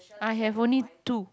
I have only two